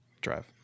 drive